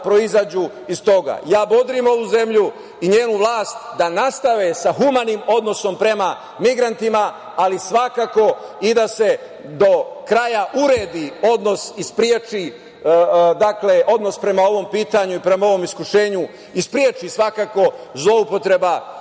Ja bodrim ovu zemlju i njenu vlast da nastave sa humanim odnosom prema migrantima, ali svakako i da se do kraja uredi odnos prema ovom pitanju i prema ovom iskušenju i spreči svakako zloupotreba ovog